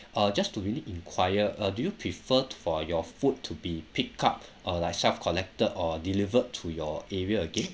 uh just to really inquire uh do you prefer for your food to be picked up uh like self collected or delivered to your area again